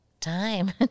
time